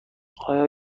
آیا